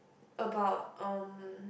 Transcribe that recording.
about um